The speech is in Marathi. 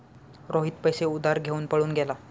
रोहित पैसे उधार घेऊन पळून गेला